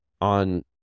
on